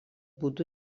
būdu